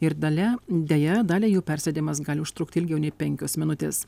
ir dalia deja daliai jų persėdimas gali užtrukti ilgiau nei penkios minutės